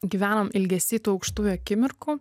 gyvenam ilgesį tų aukštųjų akimirkų